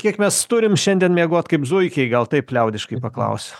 kiek mes turime šiandien miegot kaip zuikiai gal taip liaudiškai paklausiu